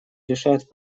решает